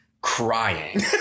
crying